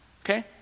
okay